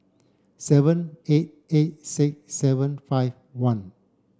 seven eight eight six seven five one